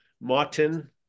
Martin